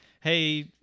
Hey